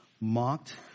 mocked